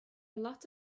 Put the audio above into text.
lot